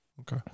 Okay